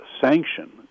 sanction